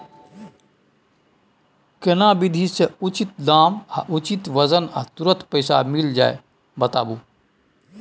केना विधी से उचित दाम आ उचित वजन आ तुरंत पैसा मिल जाय बताबू?